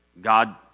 God